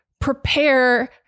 prepare